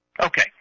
Okay